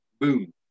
boom